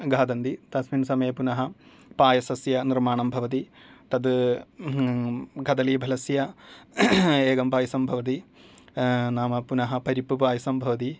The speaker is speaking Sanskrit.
खादन्ति तस्मिन् समये पुनः पायसस्य निर्माणं भवति तत् कदलीफलस्य एकं पायसं भवति नाम पुनः परिप्पुपायसं भवति